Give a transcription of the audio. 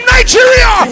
Nigeria